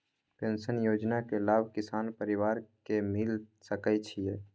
Pension योजना के लाभ किसान परिवार के मिल सके छिए?